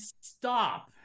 stop